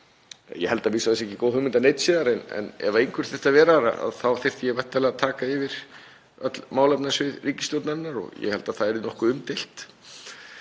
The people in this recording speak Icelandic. Ég held að það sé ekki góð hugmynd að neinn sé þar en ef einhver þyrfti að vera þar þá þyrfti ég væntanlega að taka yfir öll málefnasvið ríkisstjórnarinnar og ég held að það yrði nokkuð umdeilt.